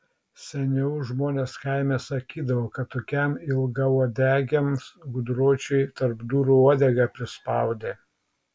seniau žmonės kaime sakydavo kad tokiam ilgauodegiam gudročiui tarp durų uodegą prispaudė